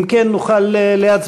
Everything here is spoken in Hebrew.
אם כן, נוכל להצביע.